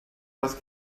das